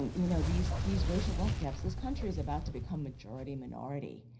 um you know, these these racial wealth gaps this country is about to become majority minority,